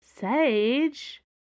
Sage